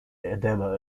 edema